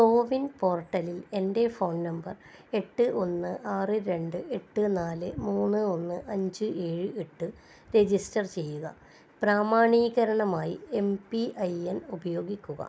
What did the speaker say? കോവിൻ പോർട്ടലിൽ എൻ്റെ phone number എട്ട് ഒന്ന് ആറ് രണ്ട് എട്ട് നാല് മൂന്ന് ഒന്ന് അഞ്ച് ഏഴ് എട്ട് രജിസ്റ്റർ ചെയ്യുക പ്രാമാണീകരണമായി എം പി ഐ എൻ ഉപയോഗിക്കുക